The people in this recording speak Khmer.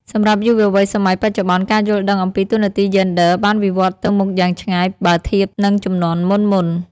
សម្រាប់យុវវ័យសម័យបច្ចុប្បន្ន ការយល់ដឹងអំពី តួនាទីយេនឌ័រ បានវិវត្តន៍ទៅមុខយ៉ាងឆ្ងាយបើធៀបនឹងជំនាន់មុនៗ។